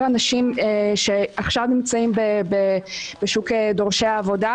אנשים שעכשיו נמצאים בשוק דורשי העבודה,